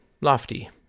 lofty